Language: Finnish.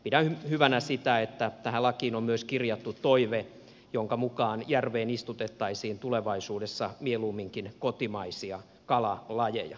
pidän hyvänä sitä että tähän lakiin on myös kirjattu toive jonka mukaan järveen istutettaisiin tulevaisuudessa mieluumminkin kotimaisia kalalajeja